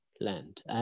land